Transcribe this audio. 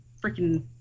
freaking